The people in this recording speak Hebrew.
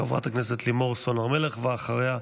חברת הכנסת לימור סון הר מלך, ואחריה,